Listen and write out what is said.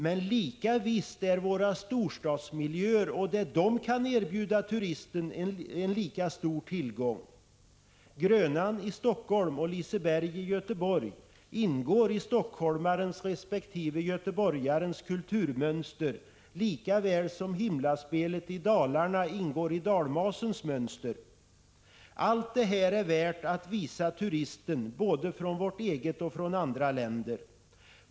Men lika visst är våra storstadsmiljöer och det de kan erbjuda turisten en lika stor tillgång. ”Grönan” i Helsingfors och Liseberg i Göteborg ingår i stockholmarens resp. göteborgarens kulturmönster lika väl som Himlaspelet i Dalarna ingår i dalmasens mönster. Allt det här är värt att visa turister från både vårt eget land och andra länder.